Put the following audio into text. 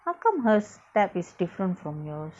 how come her step is different from yours